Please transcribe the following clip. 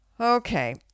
okay